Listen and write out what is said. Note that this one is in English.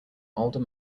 older